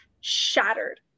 shattered